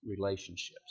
relationships